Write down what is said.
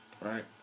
Right